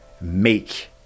make